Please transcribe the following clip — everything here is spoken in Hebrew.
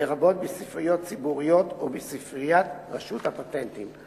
לרבות בספריות ציבוריות ובספריית רשות הפטנטים.